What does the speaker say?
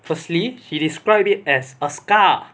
firstly she describe it as a scar